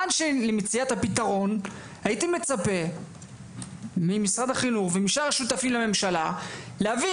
עד למציאת הפתרון הייתי מצפה ממשרד החינוך ומשאר השותפים לממשלה להבין